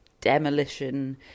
demolition